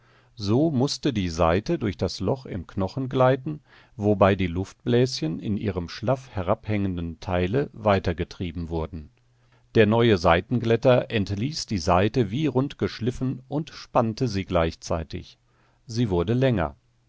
so mußte die saite durch das loch im knochen gleiten wobei die luftbläschen in ihrem schlaff herabhängenden teile weitergetrieben wurden der neue saitenglätter entließ die saite wie rundgeschliffen und spannte sie gleichzeitig sie wurde länger